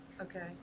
okay